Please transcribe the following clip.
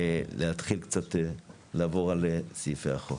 להתחיל לעבור על סעיפי החוק.